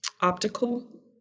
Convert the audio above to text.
optical